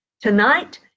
Tonight